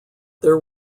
there